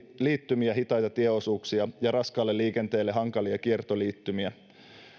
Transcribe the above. liittymiä hitaita tieosuuksia ja raskaalle liikenteelle hankalia kiertoliittymiä